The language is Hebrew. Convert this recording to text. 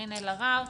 קארין אלהרר.